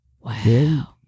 Wow